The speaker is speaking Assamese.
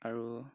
আৰু